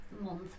month